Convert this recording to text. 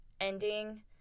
ending